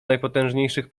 najpotężniejszych